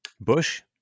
Bush